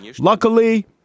Luckily